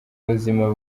ubuzima